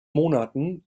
monaten